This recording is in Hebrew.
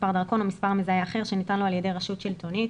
מספר דרכון או מספר מזהה אחר שניתן לו על ידי רשות שלטונית,